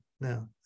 now